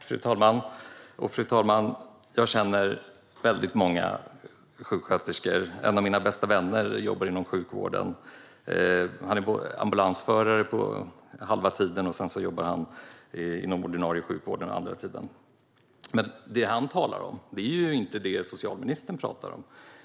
Fru talman! Jag känner väldigt många sjuksköterskor. En av mina bästa vänner jobbar inom sjukvården. Han är ambulansförare på halvtid och jobbar inom ordinarie sjukvård resten av tiden. Det han talar om är inte det som socialministern talar om.